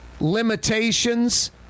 limitations